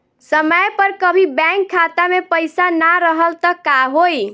समय पर कभी बैंक खाता मे पईसा ना रहल त का होई?